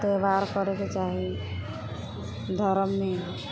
त्योहार करैके चाही धरममे